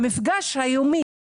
המפגש היומי